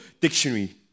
dictionary